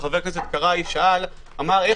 קרעי שאל: איך